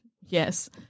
Yes